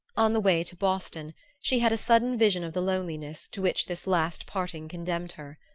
on the way to boston she had a sudden vision of the loneliness to which this last parting condemned her.